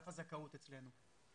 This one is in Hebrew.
מדובר באגף הזכאות אצלנו.